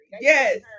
yes